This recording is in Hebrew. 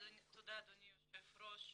תודה אדוני היושב ראש.